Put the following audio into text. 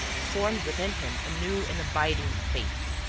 formed within him a new and abiding faith.